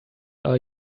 are